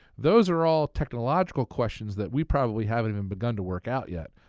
those are all technological questions that we probably haven't even begun to work out yet.